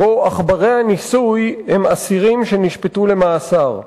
שבו עכברי הניסוי הם אסירים שנשפטו למאסר.